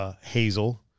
Hazel